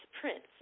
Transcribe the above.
Prince